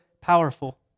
powerful